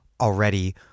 already